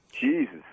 Jesus